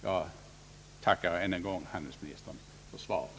Jag tackar än en gång handelsministern för svaret.